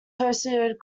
hosted